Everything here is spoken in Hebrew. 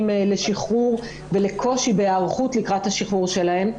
לשחרור ולקושי בהיערכות לקראת השחרור שלהם,